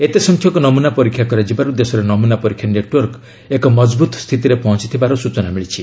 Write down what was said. ଏତେସଂଖ୍ୟକ ନମ୍ନନା ପରୀକ୍ଷା କରାଯିବାରୁ ଦେଶରେ ନମୂନା ପରୀକ୍ଷା ନେଟୱାର୍କ ଏକ ମଜଭୁତ ସ୍ଥିତିରେ ପହଞ୍ଚଥିବାର ସୂଚନା ମିଳିଛି